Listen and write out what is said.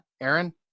Aaron